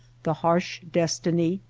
the harsh destiny,